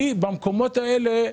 כי במקומות האלה,